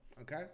okay